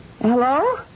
Hello